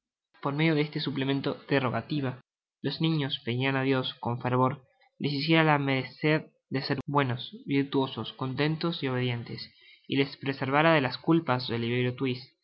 por medio de este suplemento de rogativa los niños pedian á dios con fervor les hiciera la merced de ser buenos virtuosos contentos y obedientes y les preservara de las culpas de oliverio twist